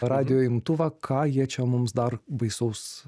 radijo imtuvą ką jie čia mums dar baisaus